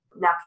Now